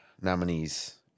nominees